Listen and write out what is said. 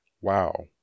Wow